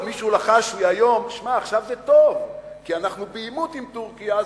מישהו לחש לי היום: עכשיו זה טוב כי אנחנו בעימות עם טורקיה,